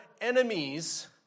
enemies